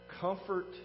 Comfort